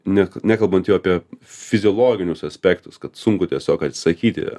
ne nekalbant jau apie fiziologinius aspektus kad sunku tiesiog atsakyti